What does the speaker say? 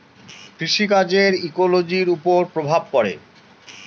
কৃষি কাজের ইকোলোজির ওপর প্রভাব পড়ে